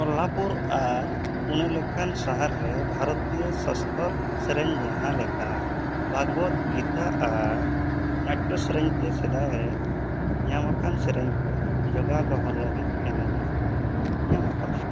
ᱠᱚᱞᱦᱟᱯᱩᱨ ᱟᱨ ᱯᱩᱱᱮ ᱞᱮᱠᱟᱱ ᱥᱟᱦᱟᱨ ᱨᱮ ᱵᱷᱟᱨᱚᱛᱤᱭᱟᱹ ᱥᱟᱥᱛᱚᱨ ᱥᱮᱨᱮᱧ ᱡᱟᱦᱟᱸ ᱞᱮᱠᱟ ᱵᱷᱟᱜᱽᱵᱚᱛ ᱜᱤᱛᱟ ᱟᱨ ᱱᱟᱴᱴᱚ ᱥᱮᱨᱮᱧᱛᱮ ᱥᱮᱫᱟᱭ ᱧᱟᱢᱟᱠᱟᱱ ᱥᱮᱨᱮᱧ ᱠᱚ ᱡᱳᱜᱟᱣ ᱫᱚᱦᱚ ᱞᱟᱹᱜᱤᱫ ᱮᱱᱮᱢᱮ ᱧᱟᱢ ᱟᱠᱟᱫᱟ